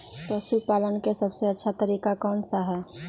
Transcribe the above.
पशु पालन का सबसे अच्छा तरीका कौन सा हैँ?